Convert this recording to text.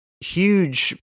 huge